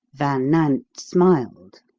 van nant smiled.